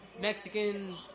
Mexican